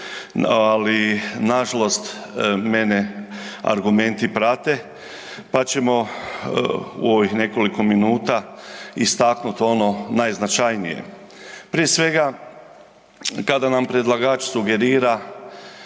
ali nažalost mene argumenti prate pa ćemo u ovih nekoliko minuta istaknuti ono najznačajnije. Prije svega kada nam predlagač sugerira